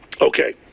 Okay